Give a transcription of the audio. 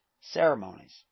ceremonies